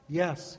yes